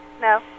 No